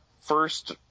first